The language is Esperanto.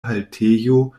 haltejo